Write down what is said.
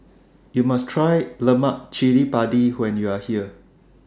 YOU must Try Lemak Cili Padi when YOU Are here